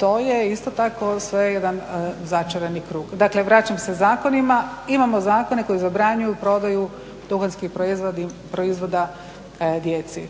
To je isto tako sve jedan začarani krug. Dakle, vraćam se zakonima, imamo zakone koji zabranjuju prodaju duhanskih proizvoda djeci.